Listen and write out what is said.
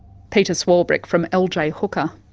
peta swarbrick, from ah lj ah hooker.